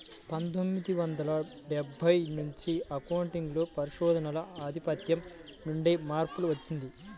పందొమ్మిది వందల డెబ్బై నుంచి అకౌంటింగ్ లో పరిశోధనల ఆధిపత్యం నుండి మార్పు వచ్చింది